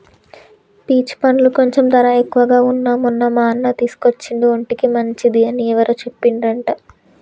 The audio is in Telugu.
పీచ్ పండ్లు కొంచెం ధర ఎక్కువగా వున్నా మొన్న మా అన్న తీసుకొచ్చిండు ఒంటికి మంచిది అని ఎవరో చెప్పిండ్రంట